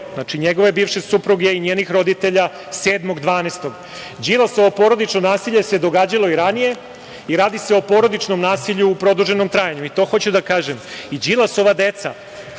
troje, njegove bivše supruge i njenih roditelja, 7. 12. Đilasovo porodično nasilje se događalo i ranije i radi se o porodičnom nasilju u produženom trajanju. Hoću da kažem da i Đilasova deca,